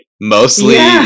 Mostly